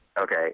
Okay